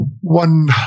one